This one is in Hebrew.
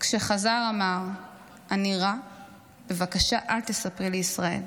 וכשחזר, אמר: אני רע, בבקשה, אל תספרי לישראל.